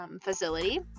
facility